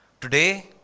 Today